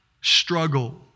struggle